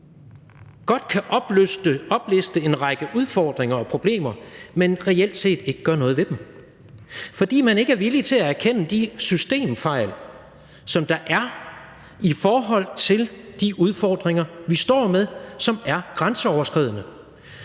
godt kan opliste en række udfordringer og problemer, men reelt set ikke gør noget ved dem, fordi man ikke er villig til at erkende de systemfejl, som der er i forhold til de udfordringer, vi står med, som er grænseoverskridende.